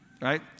Right